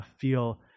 feel